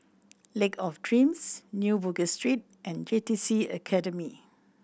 Lake of Dreams New Bugis Street and J T C Academy